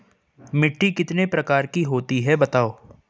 मिट्टी कितने प्रकार की होती हैं बताओ?